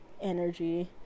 energy